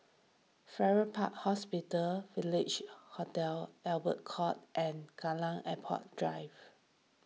Farrer Park Hospital Village Hotel Albert Court and Kallang Airport Drive